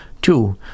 Two